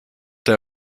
der